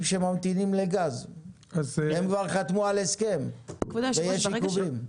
שממתינים לגז והם כבר חתמו על הסכם אבל יש עיכובים.